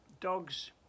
Dogs